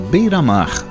Beiramar